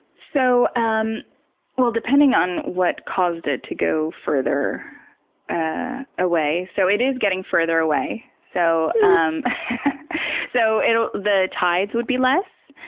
so um well, depending on what caused it to go further ah away, so it is getting further away. so um so ah the tides would be less,